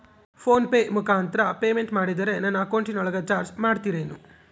Phone pay ಮುಖಾಂತರ payment ಮಾಡಿದರೆ ನನ್ನ ಅಕೌಂಟಿನೊಳಗ ಚಾರ್ಜ್ ಮಾಡ್ತಿರೇನು?